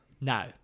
Now